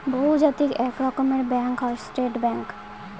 বহুজাতিক এক রকমের ব্যাঙ্ক হয় স্টেট ব্যাঙ্ক